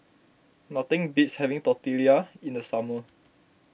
nothing beats having Tortillas in the summer